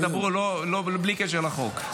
תהיה בטוח שידברו בלי קשר לחוק.